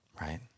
Right